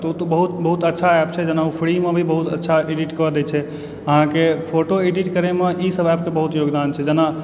तऽ ओ तऽ बहुत अच्छा एप छै जेना ओ फ्रीमे भी बहुत अच्छा छै एडिटकऽ दैत छै अहाँकेँ फोटो एडिट करयमऽ ईसभ एपकऽ बहुत योगदान छै जेना